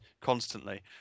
constantly